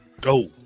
go